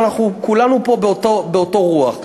אבל אנחנו כולנו פה באותה רוח.